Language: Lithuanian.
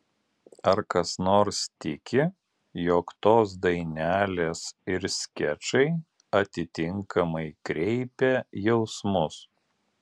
ar kas nors tiki jog tos dainelės ir skečai atitinkamai kreipia jausmus